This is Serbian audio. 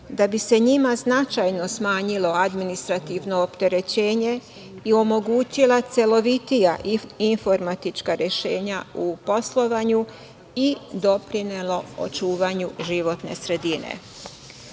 da bi se njima značajno smanjilo administrativno opterećenje i omogućila celovitija informatička rešenja u poslovanju i doprinelo očuvanju životne sredine. Program